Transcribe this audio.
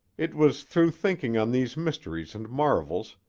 it was through thinking on these mysteries and marvels,